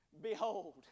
behold